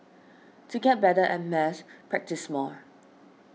to get better at maths practise more